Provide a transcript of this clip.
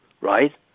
right